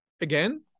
Again